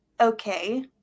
okay